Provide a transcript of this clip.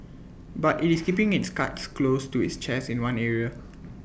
but IT is keeping its cards close to its chest in one area